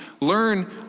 learn